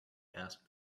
asked